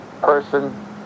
person